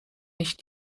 nicht